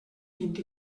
vint